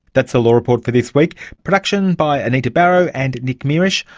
that's the law report for this week. production by anita barraud and nick mierisch.